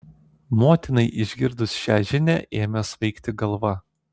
motinai išgirdus šią žinią ėmė svaigti galva